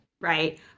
right